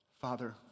Father